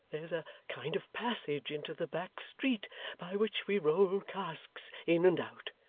there's a kind of passage into the back street by which we roll casks in and out.